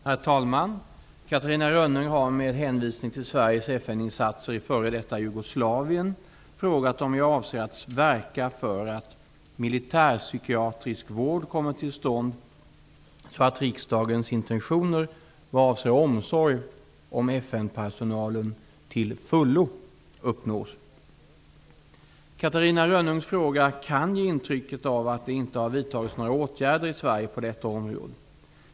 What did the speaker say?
Herr talman! Catarina Rönnung har med hänvisning till Sveriges FN-insatser i f.d. Jugoslavien frågat om jag avser att verka för att militärpsykiatrisk vård kommer till stånd så att riksdagens intentioner vad avser omsorg om FN Catarina Rönnungs fråga kan ge intrycket av att det inte har vidtagits några åtgärder i Sverige på detta område.